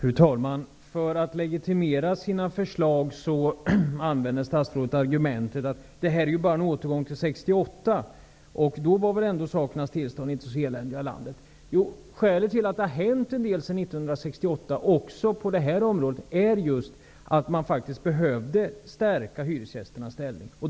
Fru talman! För att legitimera sina förslag använder statsrådet argumentet att det här bara är en återgång till 1968 och att sakernas tillstånd då inte var så eländiga i landet. Skälet till att det har hänt en del även på detta område sedan 1968 är just att man faktiskt behövde stärka hyresgästernas ställning.